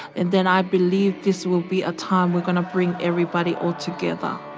and then i believe this will be a time we're gonna bring everybody all together.